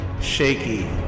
Shaky